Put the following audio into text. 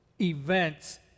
events